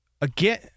again